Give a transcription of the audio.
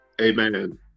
Amen